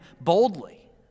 boldly